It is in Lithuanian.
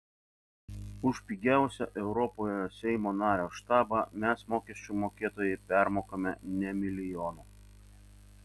už pigiausią europoje seimo nario štabą mes mokesčių mokėtojai permokame ne milijonu